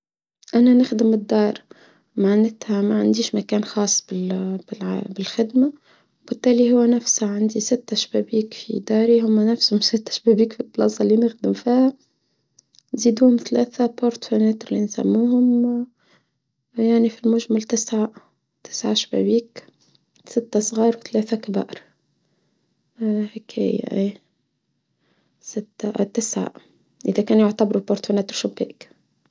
أنا نخدم الدار، معناتها ما عنديش مكان خاص بالخدمة بالتالي هو نفسه عندي ستة شبابيك في داري هم نفسهم ستة شبابيك في البلاصة اللي نخدم فيها زيدهم ثلاثة بورتوناتر اللي نسميهم يعني في المجمل تسعة تسعة شبابيك ستة صغار وثلاثة كبار اه هيك ايه ايه ستة تسعة اذا كانوا يعتبروا بورتوناتر شوباك.